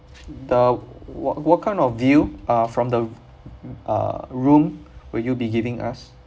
the what what kind of view uh from the uh room will you be giving us